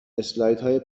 اسلایدهای